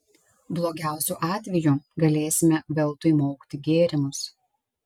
blogiausiu atveju galėsime veltui maukti gėrimus